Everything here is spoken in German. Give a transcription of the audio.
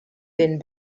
den